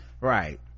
Right